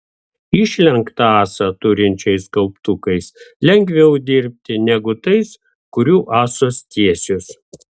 išlenktą ąsą turinčiais kauptukais lengviau dirbti negu tais kurių ąsos tiesios